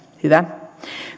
hyvä